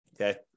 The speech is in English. Okay